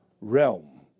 realm